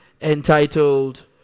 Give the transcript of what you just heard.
entitled